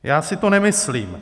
Já si to nemyslím.